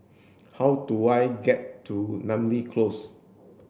how do I get to Namly Close